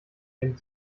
nimmt